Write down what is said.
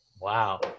Wow